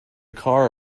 car